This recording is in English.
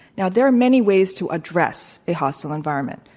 now, there are many ways to address a hostile environment.